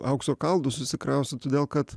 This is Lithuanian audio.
aukso kalnus susikrausi todėl kad